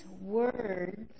words